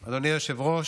היושב-ראש,